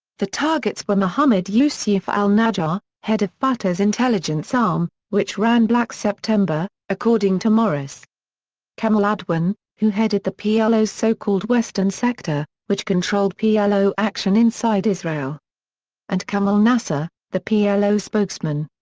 the targets were mohammad yusuf al-najjar, head of fatah's intelligence arm, which ran black september, according to morris kamal adwan, who headed the plo's so-called western sector, which controlled plo action inside israel and kamal nassir, the plo spokesman.